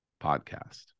podcast